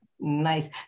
nice